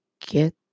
get